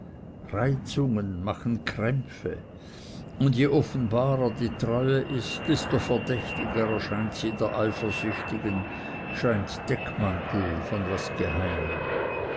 reizungen machen krämpfe und je offenbarer die treue ist desto verdächtiger erscheint sie der eifersüchtigen scheint deckmantel von was geheimem